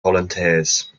volunteers